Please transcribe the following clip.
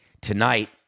Tonight